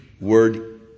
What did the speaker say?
word